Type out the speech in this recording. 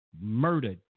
murdered